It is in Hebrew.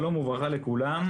שלום וברכה לכולם.